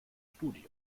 studio